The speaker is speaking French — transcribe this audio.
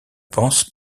pense